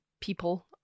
people